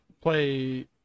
play